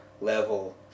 level